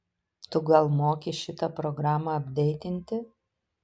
tu gal moki šitą programą apdeitinti